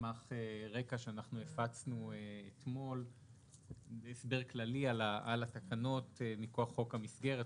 רקע שאנחנו הפצנו אתמול עם הסבר כללי על התקנות מכוח חוק המסגרת,